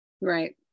Right